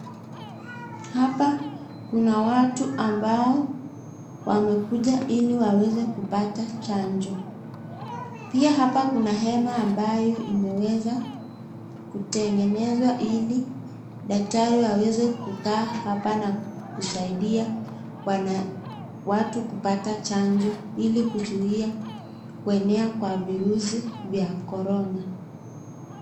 Hapa kuna watu ambao wamekuja ili waweze kupata chanjo. Pia hapa kuna hema ambayo imeweza kutengenezwa ili daktari waweze kukaa hapa na kusaidia watu kupata chanjo ili kuzuia kuenea kwa virusi vya corona.